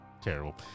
terrible